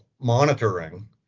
monitoring